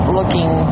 looking